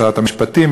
שרת המשפטים,